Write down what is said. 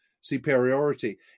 superiority